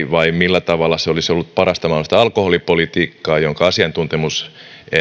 vai millä tavalla se oli olisi ollut parasta mahdollista alkoholipolitiikkaa jonka asiantuntemus